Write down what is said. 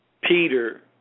Peter